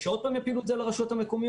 שעוד פעם יפילו את זה על הרשויות המקומיות?